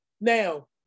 Now